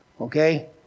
Okay